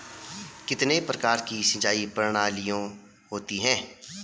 कितने प्रकार की सिंचाई प्रणालियों होती हैं?